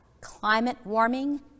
climate-warming